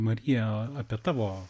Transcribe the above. marija apie tavo